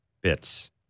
bits